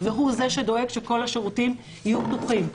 והוא זה שדואג שכל השירותים יהיו פתוחים.